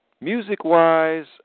music-wise